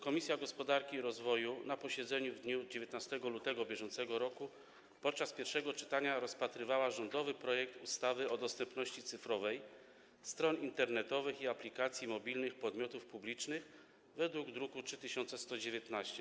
Komisja Gospodarki i Rozwoju na posiedzeniu w dniu 19 lutego br. podczas pierwszego czytania rozpatrywała rządowy projekt ustawy o dostępności cyfrowej stron internetowych i aplikacji mobilnych podmiotów publicznych z druku nr 3119.